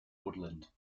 woodland